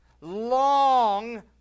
long